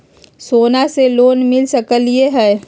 सोना से लोन मिल सकलई ह?